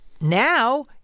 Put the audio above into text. Now